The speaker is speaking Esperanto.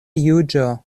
juĝo